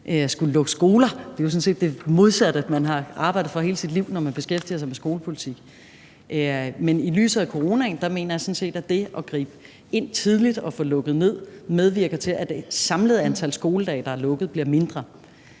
skulle lukke skoler. Det er jo sådan set det modsatte, man har arbejdet for hele sit liv, når man beskæftiger sig med skolepolitik. Men i lyset af coronaen mener jeg sådan set, at det at gribe ind tidligt og få lukket ned medvirker til, at det samlede antal skoledage, hvor der er lukket, bliver mindre.